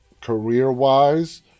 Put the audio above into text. career-wise